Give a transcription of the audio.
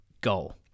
goal